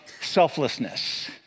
selflessness